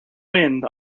wind